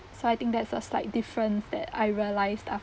so I think that's a slight difference that I realised